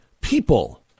people